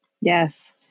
Yes